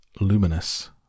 Luminous